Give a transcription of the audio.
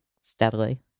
steadily